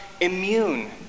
immune